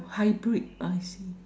hybrid I see